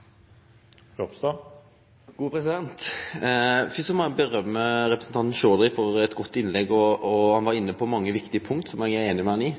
må eg rose representanten Chaudhry for eit godt innlegg. Han var inne på mange viktige punkt som eg er einig med han i.